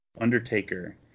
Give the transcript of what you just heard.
Undertaker